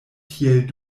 tiel